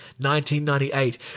1998